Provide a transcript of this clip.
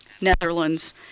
Netherlands